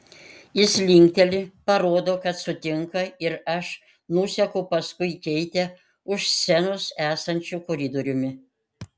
jis linkteli parodo kad sutinka ir aš nuseku paskui keitę už scenos esančiu koridoriumi